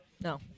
No